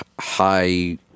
high